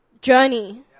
journey